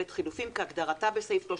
ה-36, בעזרת-השם.